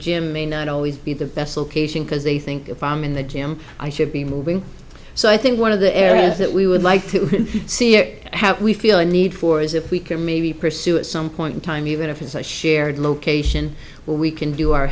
gym may not always be the vessel caijing because they think if i'm in the gym i should be moving so i think one of the areas that we would like to see how we feel a need for is if we can maybe pursue at some point in time even if it's a shared location where we can do our